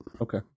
Okay